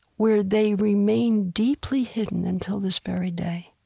where they remain deeply hidden until this very day